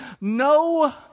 No